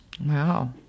Wow